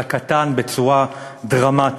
אלא קטן בצורה דרמטית.